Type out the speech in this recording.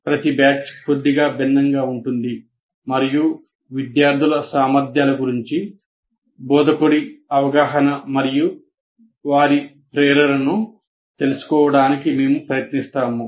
ప్రతి బ్యాచ్ కొద్దిగా భిన్నంగా ఉంటుంది మరియు విద్యార్థుల సామర్ధ్యాల గురించి బోధకుడి అవగాహన మరియు వారి ప్రేరణను తెలుసుకోవడానికి మేము ప్రయత్నిస్తాము